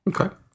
Okay